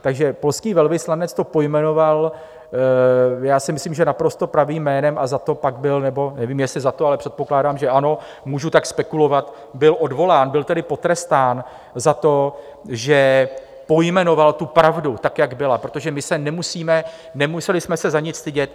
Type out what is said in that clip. Takže polský velvyslanec to pojmenoval, já si myslím, naprosto pravým jménem a za to pak byl, nebo nevím, jestli za to, ale předpokládám, že ano, můžu tak spekulovat, odvolán, byl tedy potrestán za to, že pojmenoval tu pravdu, tak jak byla, protože my se nemusíme a nemuseli jsme se za nic stydět.